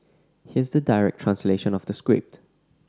here's the direct translation of the script